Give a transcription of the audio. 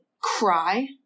cry